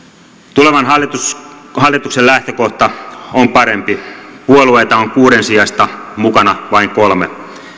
tulevan hallituksen lähtökohta on parempi puolueita on kuuden sijasta mukana vain kolme